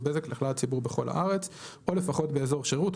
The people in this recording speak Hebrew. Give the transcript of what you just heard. בזק לכלל הציבור בכל הארץ או לפחות באזור שירות,